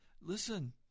Listen